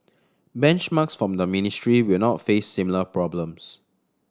benchmarks from the ministry will not face similar problems